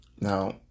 Now